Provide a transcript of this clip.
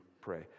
pray